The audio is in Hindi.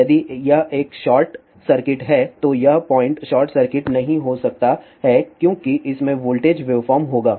यदि यह एक शॉर्ट सर्किट है तो यह पॉइंट शॉर्ट सर्किट नहीं हो सकता है क्योंकि इसमें वोल्टेज वेव फॉर्म होगा